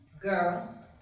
girl